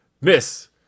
Miss